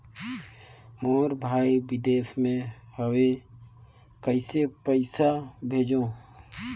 मोर भाई विदेश मे हवे कइसे पईसा भेजो?